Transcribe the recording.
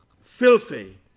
filthy